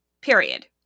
Period